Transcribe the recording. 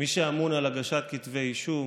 שאמון על הגשת כתבי אישום